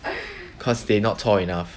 cause they not tall enough